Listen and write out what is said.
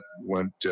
went